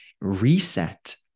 reset